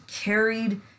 carried